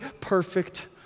perfect